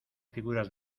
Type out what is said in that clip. figuras